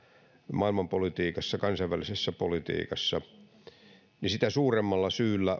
maailmanpolitiikassa ja kansainvälisessä politiikassa sitä suuremmalla syyllä